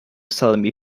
salami